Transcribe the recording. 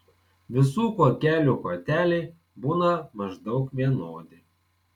visų kuokelių koteliai būna maždaug vienodi